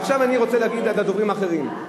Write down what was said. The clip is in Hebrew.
ועכשיו אני רוצה להגיד לדוברים האחרים.